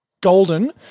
golden